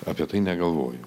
apie tai negalvoju